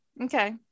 Okay